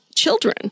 Children